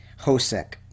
Hosek